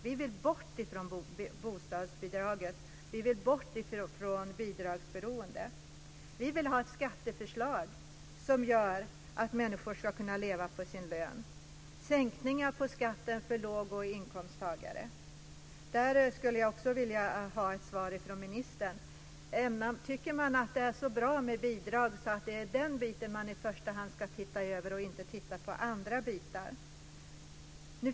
Vi vill komma bort från bostadsbidrag och bidragsberoende. Vi vill få ett skatteförslag som leder till att människor ska kunna leva på sin lön, och vi vill ha sänkningar av skatten för låg och medelinkomsttagare. Jag vill också få ett svar från ministern på följande fråga: Tycker man att det är så bra med bidrag att man i första hand ska utreda möjligheterna härtill och avstå från att studera andra utvägar?